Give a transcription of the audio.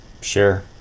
Sure